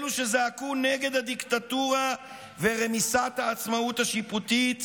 אלו שזעקו נגד הדיקטטורה ורמיסת העצמאות השיפוטית,